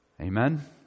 Amen